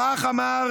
כך אמר